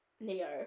Neo